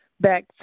back